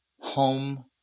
Home